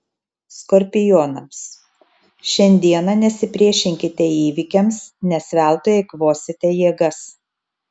skorpionams šiandieną nesipriešinkite įvykiams nes veltui eikvosite jėgas